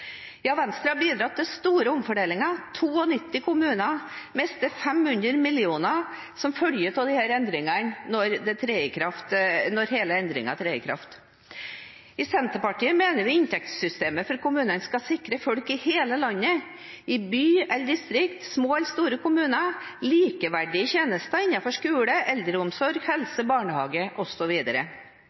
Ja, Venstre har bidratt til store omfordelinger. 92 kommuner mister 500 mill. kr som følge av disse endringene når de trer i kraft. I Senterpartiet mener vi inntektssystemet for kommunene skal sikre folk i hele landet, i by eller i distrikt, i små eller store kommuner, likeverdige tjenester innenfor skole, eldreomsorg, helse, barnehage